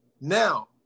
Now